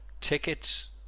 tickets